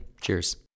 Cheers